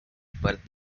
but